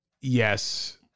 Yes